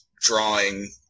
drawing